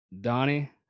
donnie